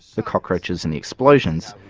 the cockroaches and the explosions,